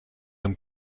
and